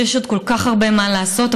שיש עוד כל כך הרבה מה לעשות,